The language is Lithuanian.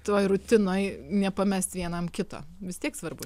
toj rutinoj nepamest vienam kito vis tiek svarbu